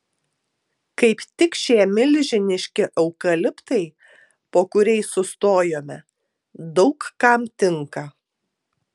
kaip tik šie milžiniški eukaliptai po kuriais sustojome daug kam tinka